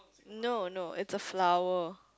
no no it's a flower